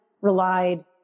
relied